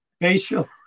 facial